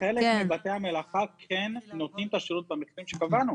חלק מבתי המלאכה כן נותנים את השירות במחירים שקבענו.